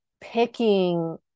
picking